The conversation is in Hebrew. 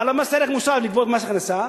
ועל המס ערך מוסף לגבות מס הכנסה,